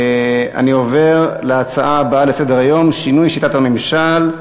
אני עובר להצעה הבאה לסדר-היום, שינוי שיטת הממשל,